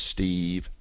Steve